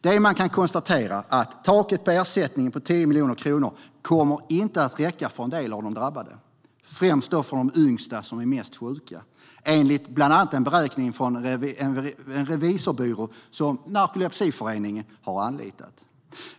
Det man kan konstatera är att taket för ersättningen på 10 miljoner kronor inte kommer att räcka för en del av de drabbade, främst de yngsta som är mest sjuka, enligt bland annat en beräkning från en revisionsbyrå som Narkolepsiföreningen har anlitat.